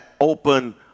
open